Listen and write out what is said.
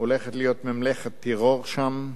הולכת להיות ממלכת טרור שם,